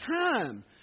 time